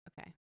Okay